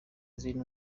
izindi